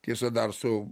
tiesa dar su